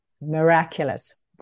Miraculous